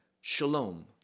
shalom